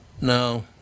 No